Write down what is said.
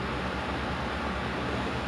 but what did you do for your O level art